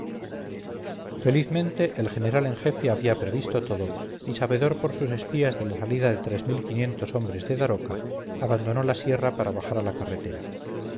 felizmente el general en jefe había previsto todo y sabedor por sus espías de la salida de tres mil quinientos hombres de daroca abandonó la sierra para bajar a la carretera